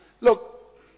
Look